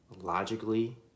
logically